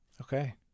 okay